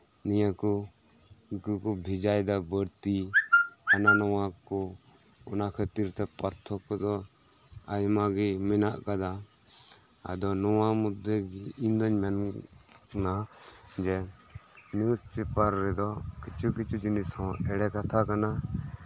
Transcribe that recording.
ᱱᱤᱭᱟ ᱠᱚᱜᱮ ᱠᱚ ᱵᱷᱮᱡᱟᱭᱮᱫᱟ ᱵᱟᱹᱲᱛᱤ ᱦᱟᱱᱟ ᱱᱚᱣᱟ ᱠᱚ ᱚᱱᱟ ᱠᱷᱟᱹᱛᱤᱨᱛᱮ ᱯᱟᱨᱛᱷᱚᱠᱠᱚ ᱫᱚ ᱟᱭᱢᱟ ᱜᱮ ᱢᱮᱱᱟᱜ ᱠᱟᱫᱟ ᱟᱫᱚ ᱱᱚᱣᱟ ᱢᱚᱫᱽᱫᱷᱮ ᱤᱧ ᱫᱩᱧ ᱢᱮᱱᱟ ᱡᱮ ᱱᱤᱭᱩᱥ ᱯᱮᱯᱟᱨ ᱨᱮᱫᱚ ᱠᱤᱪᱷᱩ ᱠᱤᱪᱷᱩ ᱡᱤᱱᱤᱥ ᱦᱚᱸ ᱮᱲᱮ ᱠᱟᱛᱷᱟ ᱨᱮᱭᱟᱜ